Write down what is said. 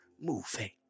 moving